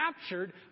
captured